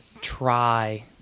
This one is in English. try